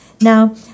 Now